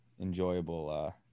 enjoyable